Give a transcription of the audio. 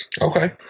Okay